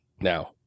now